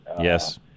Yes